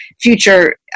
future